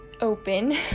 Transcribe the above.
open